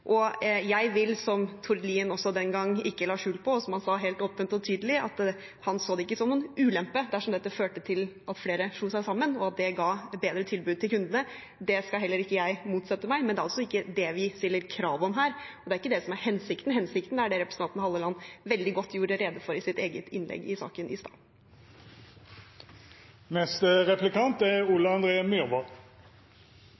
den gang ikke la skjul på – han sa det helt åpent og tydelig – at han ikke så det som en ulempe dersom dette førte til at flere slo seg sammen, og at det ga bedre tilbud til kundene. Det skal heller ikke jeg motsette meg, men det er altså ikke det vi stiller krav om her, og det er ikke det som er hensikten. Hensikten er det som representanten Halleland veldig godt gjorde rede for i sitt eget innlegg i saken i stad.